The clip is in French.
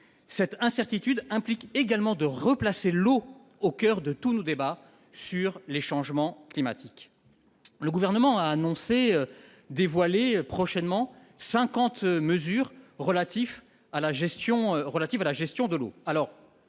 Cette incertitude implique également de replacer l'eau au coeur de tous nos débats sur les changements climatiques. Le Gouvernement a annoncé dévoiler prochainement cinquante mesures relatives à la gestion de l'eau.